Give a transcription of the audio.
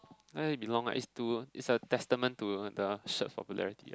let it belong ah it's to it's a testament to the shirt popularity